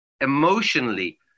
emotionally